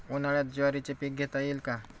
उन्हाळ्यात ज्वारीचे पीक घेता येईल का?